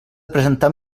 presentar